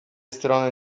strony